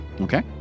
Okay